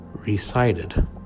Recited